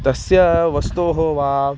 तस्याः वस्तोः वा